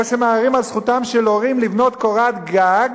או שמערערים על זכותם של הורים לבנות קורת גג,